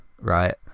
right